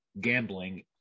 gambling